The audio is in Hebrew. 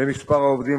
לתיווך והשמה של עובדים